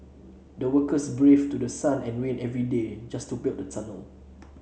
the workers braved through sun and rain every day just to build the tunnel